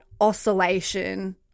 oscillation